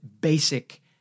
basic